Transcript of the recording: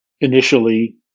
initially